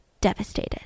devastated